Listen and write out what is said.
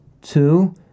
two